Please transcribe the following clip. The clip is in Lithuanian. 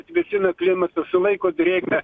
atvėsina klimatą sulaiko drėgmę